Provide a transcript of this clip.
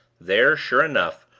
there, sure enough,